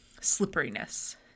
slipperiness